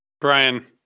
brian